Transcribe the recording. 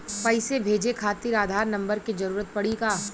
पैसे भेजे खातिर आधार नंबर के जरूरत पड़ी का?